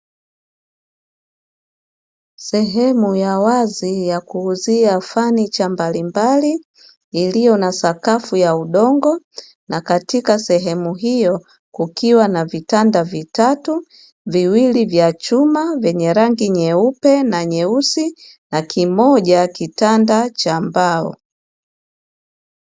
Sehemu ya wazi ya kuuzia fanicha mbalimbali, iliyo na sakafu ya udongo, na katika sehemu hiyo kukiwa na vitanda vitatu, viwili vya chuma vyenye rangi nyeupe na nyeusi, na kimoja kitanda cha mbao.